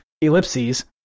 ellipses